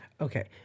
Okay